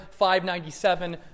597